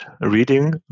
reading